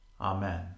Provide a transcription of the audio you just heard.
Amen